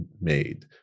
made